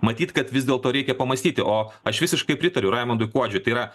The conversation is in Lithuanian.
matyt kad vis dėlto reikia pamąstyti o aš visiškai pritariu raimondui kuodžiui tai yra